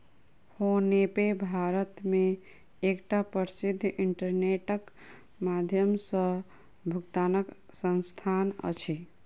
PhonePe Bharat मे एकटा प्रसिद्ध इंटरनेटक माध्यम सॅ भुगतानक संस्थान अछि